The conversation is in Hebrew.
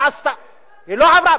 היא לא עברה.